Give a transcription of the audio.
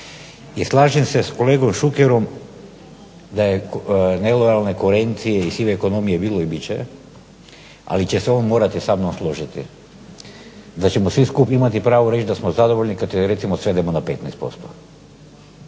i slažem se s kolegom Šukerom da je nelojalne konkurencije i sive ekonomije bilo i bit će je, ali će se on morati samnom složiti da ćemo svi skupa imati pravo reći da smo zadovoljni kad je recimo svedemo na 15%.